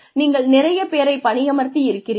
நீங்கள் நிறையப் பேரை பணியமர்த்தி இருக்கிறீர்கள்